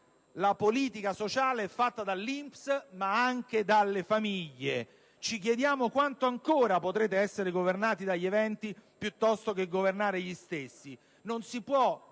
«La politica sociale è fatta dall'INPS, ma anche dalle famiglie». Ci chiediamo quanto ancora potrete essere governati dagli eventi, piuttosto che governare gli stessi?